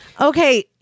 okay